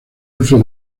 uso